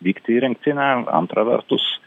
vykti į rinktinę antra vertus